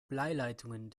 bleileitungen